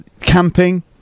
camping